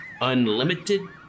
Unlimited